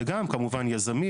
וגם כמובן יזמים,